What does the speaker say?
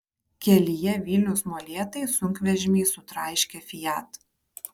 kelyje vilnius molėtai sunkvežimiai sutraiškė fiat